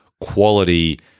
quality